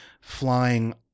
flying